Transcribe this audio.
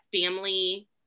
family